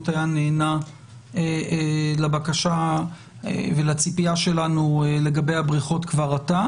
היה נענה לבקשה ולציפייה שלנו לגבי הבריכות כבר עתה.